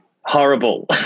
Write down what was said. Horrible